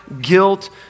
guilt